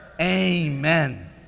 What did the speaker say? Amen